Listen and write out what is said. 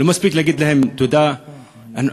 לא מספיק להגיד להם תודה, זה ברוסית,